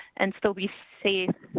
and still be safe.